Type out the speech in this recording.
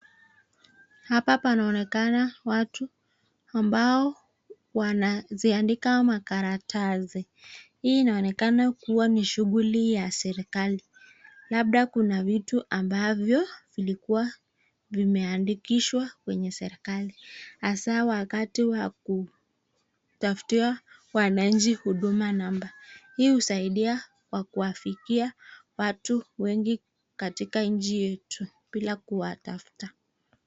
Hapa panaoneka watu ambao wanaziandika makaratasi. Hii inaonekana kuwa ni shughuli ya serekali labda kuna vitu ambavyo vilikuwa vimeandikishwa kwenye serekali hasaa wakati wa kutafutiwa wananchi huduma namba. Hii husaidia kwa kuwafikia watu wengi katika nchi yetu bila kuwatafuta.